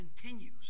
continues